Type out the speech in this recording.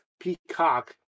Peacock